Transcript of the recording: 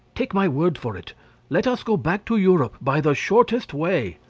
take my word for it let us go back to europe by the shortest way.